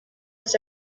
was